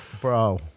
Bro